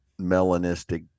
melanistic